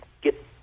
get